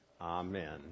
Amen